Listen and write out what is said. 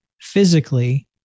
physically